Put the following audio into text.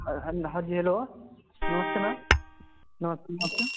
हाँ जी हेलो नमस्ते मैम नमस्ते नमस्ते